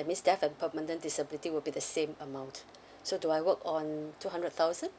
that means death and permanent disability will be the same amount so do I work on two hundred thousand